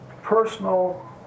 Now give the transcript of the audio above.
personal